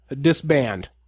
disband